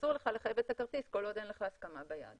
אסור לך לחייב את הכרטיס כל עוד אין לך הסכמה ביד.